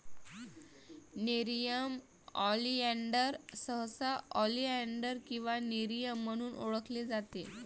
nerium oleander सहसा oleander किंवा Nerium म्हणून ओळखले जाते